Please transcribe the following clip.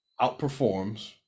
outperforms